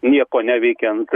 nieko neveikiant